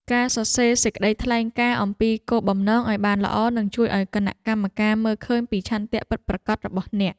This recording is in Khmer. ការសរសេរសេចក្តីថ្លែងការណ៍អំពីគោលបំណងឱ្យបានល្អនឹងជួយឱ្យគណៈកម្មការមើលឃើញពីឆន្ទៈពិតប្រាកដរបស់អ្នក។